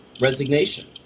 resignation